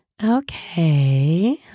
Okay